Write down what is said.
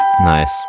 Nice